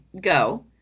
go